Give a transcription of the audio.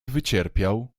wycierpiał